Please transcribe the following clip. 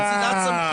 אצילת סמכויות.